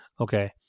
okay